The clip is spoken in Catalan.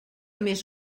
més